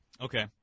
Okay